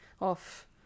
off